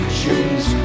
choose